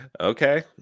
Okay